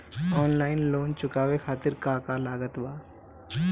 Online loan चुकावे खातिर का का लागत बा?